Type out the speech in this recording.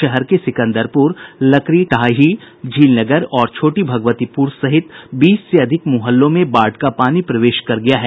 शहर के सिकंदरपुर लकड़ीढ़ाही झीलनगर और छोटी भगवतीपुर सहित बीस से अधिक मुहल्लों में बाढ़ का पानी प्रवेश कर गया है